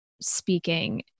speaking